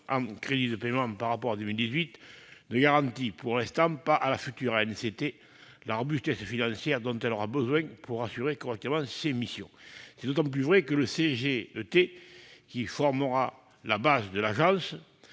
en crédits de paiement, par rapport à 2018 -ne garantit pour l'instant pas à la future ANCT la robustesse financière dont elle aura besoin pour assurer correctement ses missions. C'est d'autant plus vrai que le Commissariat général à l'égalité